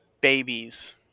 babies